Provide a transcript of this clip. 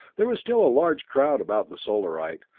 there was still a large crowd about the solarite,